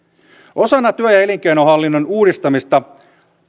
osana työ ja elinkeinohallinnon uudistamista